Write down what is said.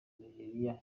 nigeria